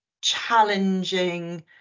challenging